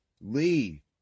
Lee